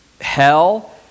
hell